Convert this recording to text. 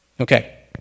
Okay